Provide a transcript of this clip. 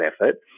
effort